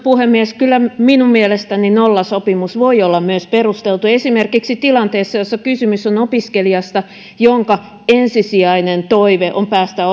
puhemies kyllä minun mielestäni nollasopimus voi olla myös perusteltu esimerkiksi tilanteessa jossa kysymys on opiskelijasta jonka ensisijainen toive on päästä